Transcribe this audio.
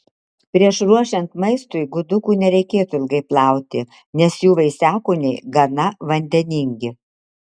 prieš ruošiant maistui gudukų nereikėtų ilgai plauti nes jų vaisiakūniai gana vandeningi